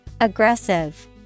Aggressive